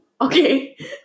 Okay